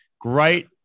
Great